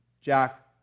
Jack